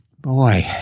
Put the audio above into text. Boy